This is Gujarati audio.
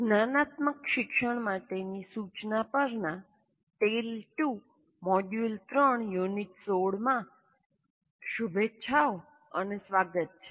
જ્ઞાનાત્મક શિક્ષણ માટેની સૂચના પરનાં ટેલ 2 મોડ્યુલ 3 યુનિટ 16 માં શુભેચ્છાઓ અને સ્વાગત છે